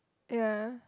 ya